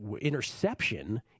interception